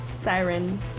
siren